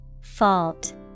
Fault